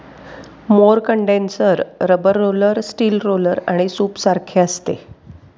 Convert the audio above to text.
mower condenser rubber roller, steel roller आणि सूपसारखे असते